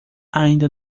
ainda